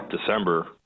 December